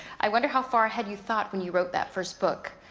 i wonder how far ahead you thought when you wrote that first book.